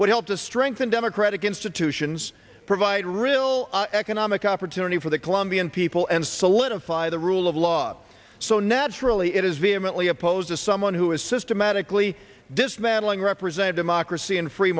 would help to strengthen democratic institutions provide real economic opportunity for the colombian people and solidify the rule of law so naturally it is vehemently opposed to someone who is systematically dismantling represent democracy and free